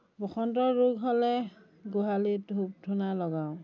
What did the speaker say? বসন্ত ৰোগ হ'লে গোহালিত ধূপ ধূনা লগাওঁ